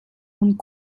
und